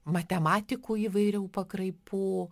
matematikų įvairiau pakraipų